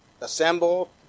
assemble